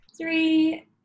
three